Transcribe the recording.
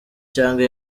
cyangwa